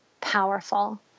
powerful